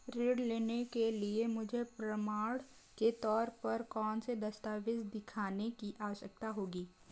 ऋृण लेने के लिए मुझे प्रमाण के तौर पर कौनसे दस्तावेज़ दिखाने की आवश्कता होगी?